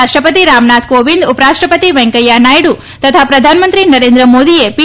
રાષ્ટ્રપતિ રામનાથ કોવિંદ ઉપરાષ્ટ્રપતિ વેંકૈયા નાયડુ તથા પ્રધાનમંત્રી નરેન્દ્ર મોદીએ પી